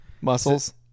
Muscles